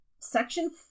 section